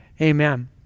Amen